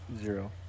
Zero